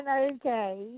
okay